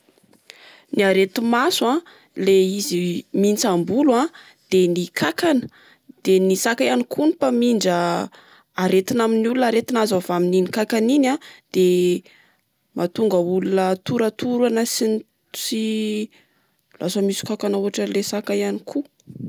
Ny aretimaso a ,le izy mihintsambolo a ,de ny kakana de ny saka ihany koa no mpamidra aretina amin'ny olona aretina azo avy amin'iny kakana iny a. De mahatonga olona toratorana sy-ny-sy lasa misy kakana otran'le saka ihany koa.